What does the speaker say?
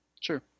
Sure